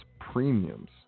premiums